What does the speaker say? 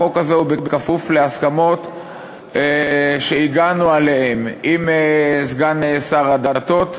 החוק הוא בכפוף להסכמות שהגענו אליהן עם סגן שר הדתות,